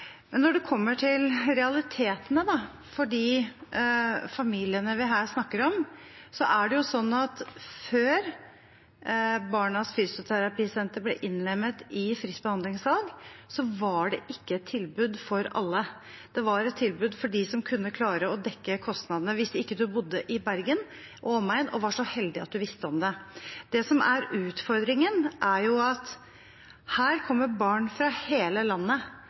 de familiene vi her snakker om, er det sånn at før Barnas Fysioterapisenter ble innlemmet i fritt behandlingsvalg, var det ikke et tilbud for alle. Det var et tilbud for dem som kunne klare å dekke kostnadene, hvis man da ikke bodde i Bergen og omegn og var så heldig at man visste om det. Det som er utfordringen, er at her kommer barn fra hele landet